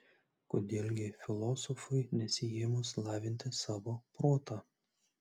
kodėl gi filosofui nesiėmus lavinti savo protą